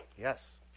yes